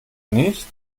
nicht